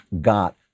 got